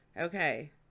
okay